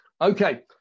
Okay